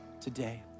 today